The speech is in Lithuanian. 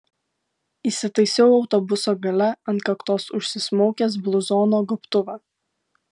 įsitaisiau autobuso gale ant kaktos užsismaukęs bluzono gobtuvą